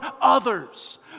others